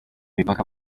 imipaka